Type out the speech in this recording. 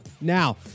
Now